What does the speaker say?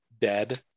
dead